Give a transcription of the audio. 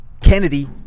Kennedy